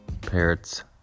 Parrots